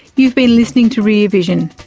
you've been listening to rear vision.